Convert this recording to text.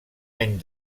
any